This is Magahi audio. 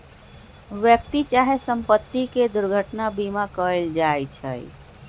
व्यक्ति चाहे संपत्ति के दुर्घटना बीमा कएल जाइ छइ